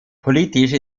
politisch